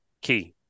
key